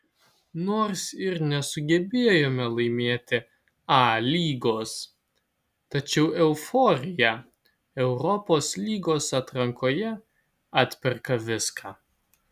nors ir nesugebėjome laimėti a lygos tačiau euforija europos lygos atrankoje atperka viską